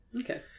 Okay